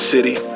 City